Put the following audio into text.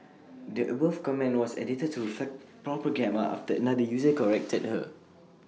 the above comment was edited to reflect proper grammar after another user corrected her